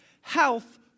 health